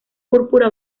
púrpura